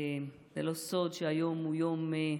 זה לא סוד שהיום הוא יום,